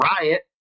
riot